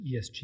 ESG